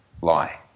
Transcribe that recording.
lie